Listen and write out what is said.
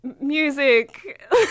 music